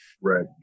Right